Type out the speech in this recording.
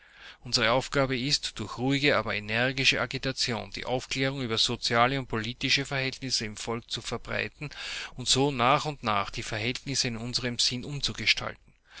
unsere aufgabe ist durch ruhige aber energische agitation die aufklärung über soziale und politische verhältnisse im volke zu verbreiten und so nach und nach die verhältnisse in unserem